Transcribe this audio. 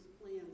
plans